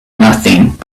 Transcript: nothing